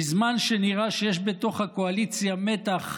בזמן שנראה שיש בתוך הקואליציה מתח,